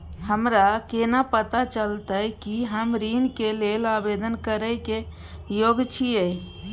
हमरा केना पता चलतई कि हम ऋण के लेल आवेदन करय के योग्य छियै?